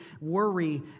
worry